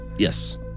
Yes